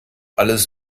alles